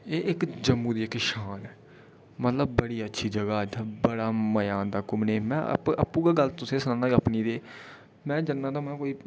एह् इक जम्मू दी इक शान ऐ मतलब बड़ी अच्छी जगह इत्थै बड़ा मजा औंदा घुमने गी में आपूं गै गल्ल तुसें ई सनाना अपनी के में जन्ना ते कोई